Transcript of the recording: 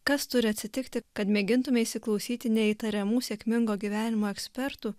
kas turi atsitikti kad mėgintume įsiklausyti ne į tariamų sėkmingo gyvenimo ekspertų